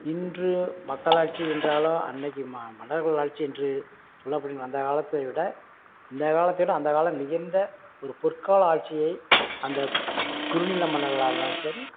இன்று மக்களாட்சி என்றாலும் அன்றைக்கி ம மன்னர்கள் ஆட்சி என்று சொல்லப்படும் அந்த காலத்தை விட இந்த காலத்தை விட அந்த காலம் மிகுந்த ஒரு பொற்கால ஆட்சியை அந்த குறுநில மன்னர்களாக இருந்தாலும் சரி